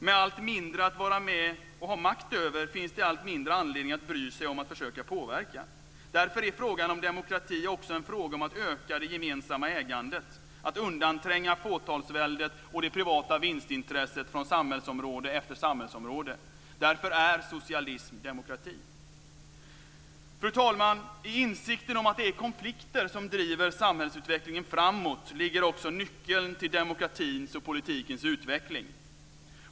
Med allt mindre att vara med och ha makt över finns det allt mindre anledning att bry sig om att försöka påverka. Därför är frågan om demokrati också en fråga om att öka det gemensamma ägandet, att undantränga fåtalsväldet och det privata vinstintresset från samhällsområde efter samhällsområde. Därför är socialism demokrati. Fru talman! I insikten om att det är konflikter som driver samhällsutvecklingen framåt ligger också nyckeln till demokratins och politikens utveckling.